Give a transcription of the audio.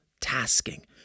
tasking